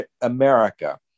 America